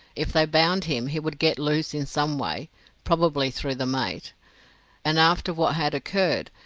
if they bound him he would get loose in some way probably through the mate and after what had occurred,